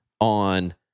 on